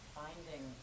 finding